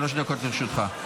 שלוש דקות לרשותך.